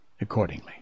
accordingly